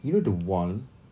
you know the wall